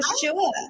sure